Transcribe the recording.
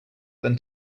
than